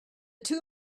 two